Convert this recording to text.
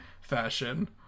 fashion